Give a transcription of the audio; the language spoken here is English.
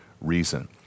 reason